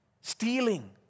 stealing